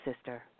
sister